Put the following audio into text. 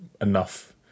enough